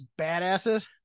badasses